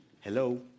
Hello